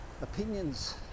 opinions